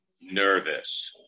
nervous